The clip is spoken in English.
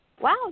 wow